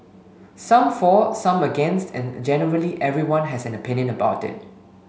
some for some against and generally everyone has an opinion about it